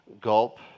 Gulp